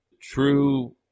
True